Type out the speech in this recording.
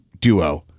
duo